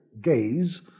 gaze